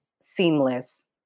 seamless